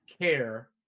care